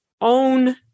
own